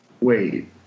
wait